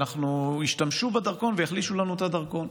וישתמשו בדרכון ויחלישו לנו את הדרכון,